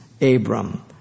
Abram